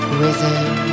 rhythm